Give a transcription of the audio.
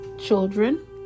children